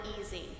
easy